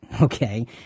okay